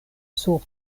sur